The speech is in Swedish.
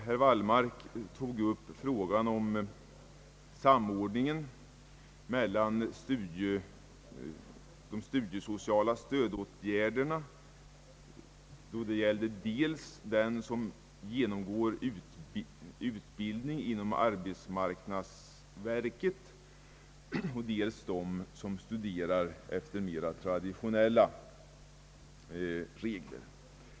Han tog upp frågan om samordningen mellan de studiesociala stödåtgärderna då det gäller dels dem som genomgår utbildning i arbetsmarknadsverkets regi och dels dem som studerar efter mera traditionella regler.